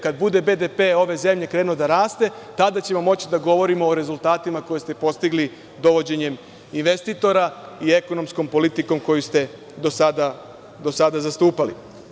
Kada bude BDP ove zemlje krenuo da raste tada ćemo moći da govorimo o rezultatima koje ste postigli dovođenjem investitora i ekonomskom politikom koju ste do sada zastupali.